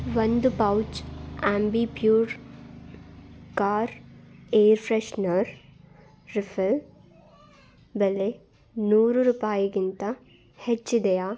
ಒಂದು pouch Ambipur car air freshener refill ಬೆಲೆ ನೂರು ರೂಪಾಯಿಗಿಂತ ಹೆಚ್ಚಿದೆಯಾ